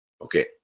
Okay